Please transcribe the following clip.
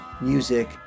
music